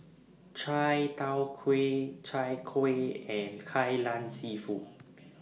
Chai Tow Kuay Chai Kuih and Kai Lan Seafood